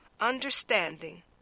understanding